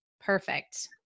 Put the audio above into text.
Perfect